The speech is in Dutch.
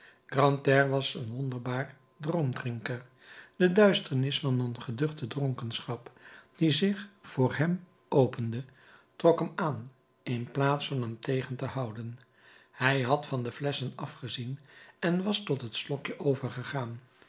grantaire was een wonderbaar droomdrinker de duisternis van een geduchte dronkenschap die zich voor hem opende trok hem aan in plaats van hem tegen te houden hij had van de flesschen afgezien en was tot het slokje overgegaan